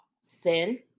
sin